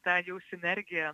tai jau sinergija